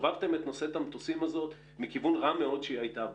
סובבתם את נושאת המטוסים הזאת מכיוון רע מאוד שהיא הייתה בו.